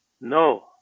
No